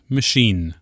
Machine